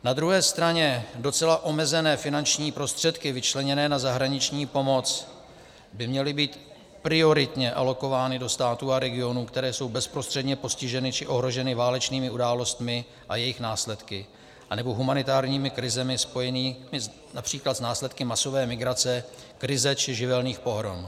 Na druhé straně docela omezené finanční prostředky vyčleněné na zahraniční pomoc by měly být prioritně alokovány do států a regionů, které jsou bezprostředně postiženy či ohroženy válečnými událostmi a jejich následky anebo humanitárními krizemi spojenými např. s následkem masové migrace, krize či živelních pohrom.